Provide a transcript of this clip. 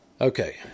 okay